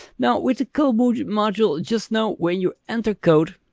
now with the code module, just know when you enter code.